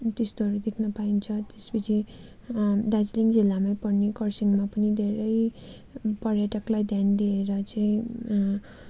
त्यस्तोहरू देख्न पाइन्छ त्यस पछि दार्जिलिङ जिल्लामै पर्ने कर्सियाङमा पनि धेरै पर्यटकलाई ध्यान दिएर चाहिँ